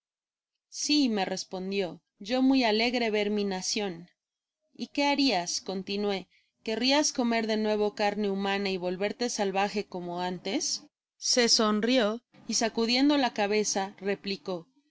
si me respondio yo muy alegre ver mi nacion y qué barias continuó querrias comer de nuevo carne humana y volverte salvaje como antes se sonrió y sacudiendo la cabeza replicó